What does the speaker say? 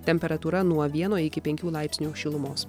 temperatūra nuo vieno iki penkių laipsnių šilumos